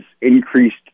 increased